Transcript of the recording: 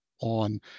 on